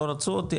לא רצו אותי,